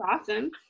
awesome